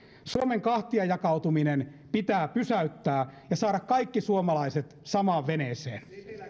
suomen kahtiajakautuminen pitää pysäyttää ja saada kaikki suomalaiset samaan veneeseen